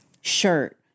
shirt